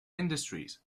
industries